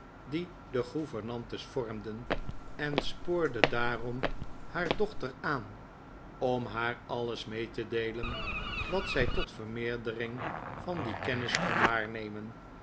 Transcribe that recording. die de gouvernantes vormen en spoorde daarom haar dochter aan om haar alles mee te deelen wat zij tot vermeerdering van die kermis kon waarnemen